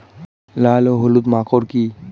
লাল ও হলুদ মাকর কী?